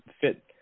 fit